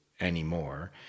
anymore